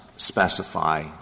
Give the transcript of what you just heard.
specify